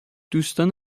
دوستان